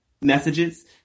messages